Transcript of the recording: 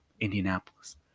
Indianapolis